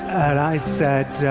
and i said,